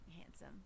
handsome